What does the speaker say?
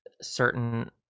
certain